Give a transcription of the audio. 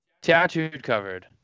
tattooed-covered